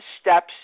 steps